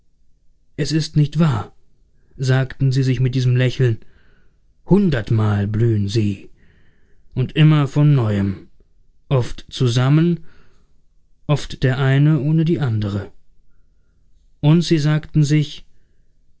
es ist nicht wahr sagten sie sich mit diesem lächeln hundertmal blühen sie und immer von neuem oft zusammen oft der eine ohne die andere und sie sagten sich